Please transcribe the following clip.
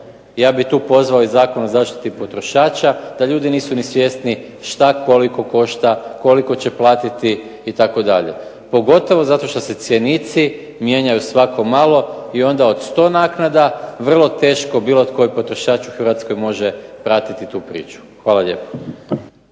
ja bih tu pozvao i Zakon o zaštiti potrošača, da ljudi nisu ni svjesni što koliko košta, koliko će platiti itd. Pogotovo zato što se cjenici mijenjaju svako malo i onda od 100 naknada vrlo teško bilo koji potrošač u Hrvatskoj može pratiti tu priču. Hvala lijepo.